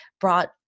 brought